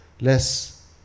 less